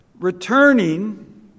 returning